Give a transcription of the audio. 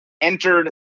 entered